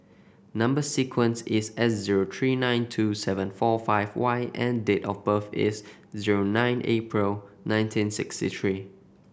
number sequence is S zero three nine two seven four five Y and date of birth is zero nine April nineteen sixty three